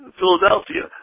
Philadelphia